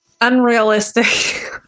unrealistic